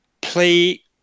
play